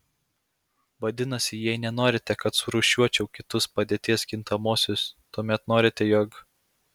vadinasi jei nenorite kad surūšiuočiau kitus padėties kintamuosius tuomet norite jog